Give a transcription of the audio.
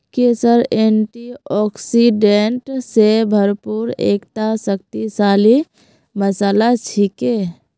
केसर एंटीऑक्सीडेंट स भरपूर एकता शक्तिशाली मसाला छिके